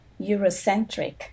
Eurocentric